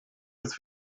des